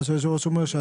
מה שהיושב ראש אומר.